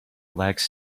lacks